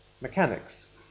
mechanics